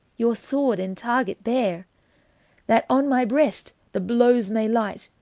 your sworde and target beare that on my breast the blowes may lighte,